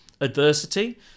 adversity